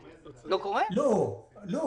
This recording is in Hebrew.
כאן בעבר --- זה נושא שעלה הרבה בעבר,